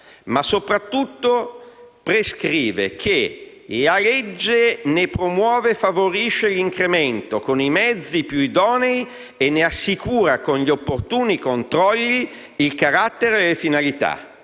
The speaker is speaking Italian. ma - soprattutto - prescrive che «La legge ne promuove e favorisce l'incremento con i mezzi più idonei e ne assicura, con gli opportuni controlli, il carattere e le finalità